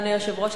אדוני היושב-ראש,